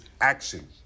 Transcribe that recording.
action